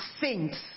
saints